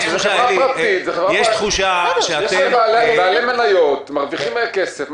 זו חברה פרטית, יש בה בעלי מניות שמרוויחים כסף.